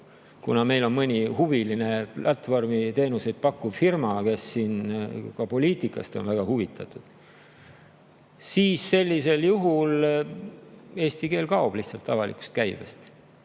kuna meil on mõni huviline platvormiteenuseid pakkuv firma, kes ka poliitikast on väga huvitatud, siis sellisel juhul eesti keel kaob lihtsalt avalikust käibest.